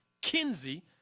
Kinsey